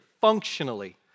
functionally